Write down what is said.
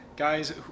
guys